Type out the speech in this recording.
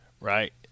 right